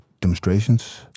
demonstrations